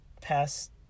past